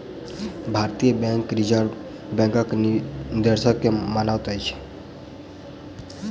भारतीय bank reserve बैंकक निर्देश के मानैत अछि